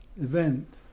event